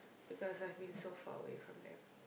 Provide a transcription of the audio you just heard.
because I've been so foreign from them